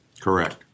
Correct